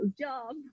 job